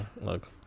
Look